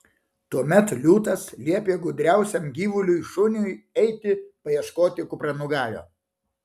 tuomet liūtas liepė gudriausiam gyvuliui šuniui eiti paieškoti kupranugario